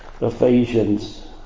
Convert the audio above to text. Ephesians